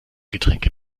getränke